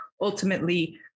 ultimately